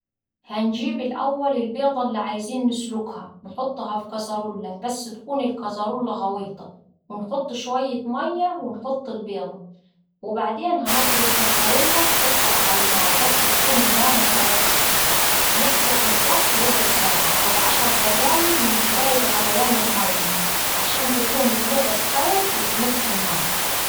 هنجيب الأول البيضة اللي عايزين نسلقها، نحطها في كزرولة بس تكون الكسرولة غويطة ونحط شوية ميا ونحط البيضة. وبعدين هناخد الكسرولة نحطها على النار بس تكون النار متوسطة. نحسب بالظبط ربع ساعة أو عشر دقايق من بداية غليان الميا عشان تكون البيضة استوت ونطفي النار.